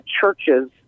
churches